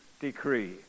decree